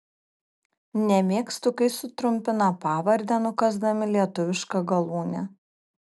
nemėgstu kai sutrumpina pavardę nukąsdami lietuvišką galūnę